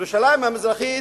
ירושלים המזרחית,